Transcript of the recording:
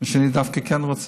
ואני דווקא כן רוצה,